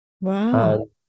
Wow